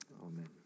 amen